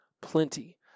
plenty